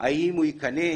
האם הוא ייכנס,